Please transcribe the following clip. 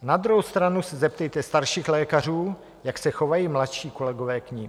Na druhou stranu se zeptejte starších lékařů, jak se chovají mladší kolegové k nim.